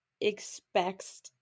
expects